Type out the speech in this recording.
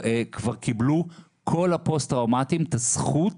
כבר קיבלו כל הפוסט טראומטיים את הזכות